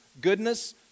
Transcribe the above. goodness